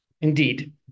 indeed